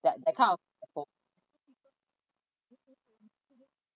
that that kind of pho~